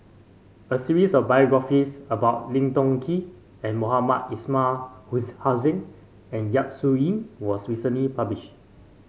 a series of biographies about Lim Tiong Ghee and Mohamed Ismail Huhasin and Yap Su Yin was recently published